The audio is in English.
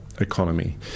economy